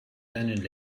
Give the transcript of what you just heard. deinen